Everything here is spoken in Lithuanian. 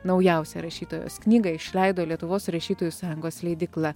naujausią rašytojos knygą išleido lietuvos rašytojų sąjungos leidykla